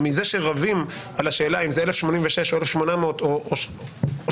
מזה שרבים על השאלה אם זה 1,086 או 1,800 או 17,